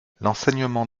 l’enseignement